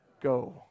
go